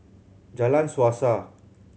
Jalan Suasa